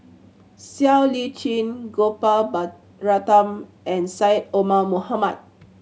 Siow Lee Chin Gopal Baratham and Syed Omar Mohamed